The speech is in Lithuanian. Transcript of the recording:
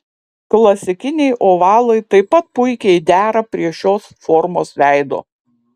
klasikiniai ovalai taip pat puikiai dera prie šios formos veido